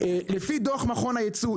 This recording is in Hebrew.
לפי דוח מכון הייצוא,